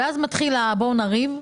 ואז מתחיל הבואו נריב,